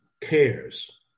cares